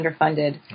underfunded